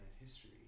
history